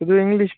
শুধু ইংলিশ